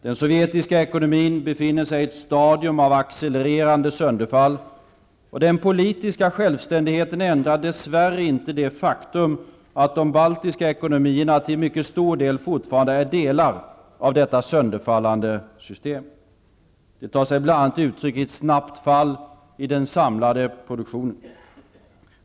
Den sovjetiska ekonomin befinner sig i ett stadium av accelererande sönderfall, och den politiska självständigheten ändrar dess värre inte det faktum att de baltiska ekonomierna till en mycket stor del fortfarande är delar av detta sönderfallande system. Det tar sig bl.a. uttryck i ett snabbt fall i den samlade produktionen.